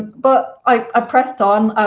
but i ah pressed on.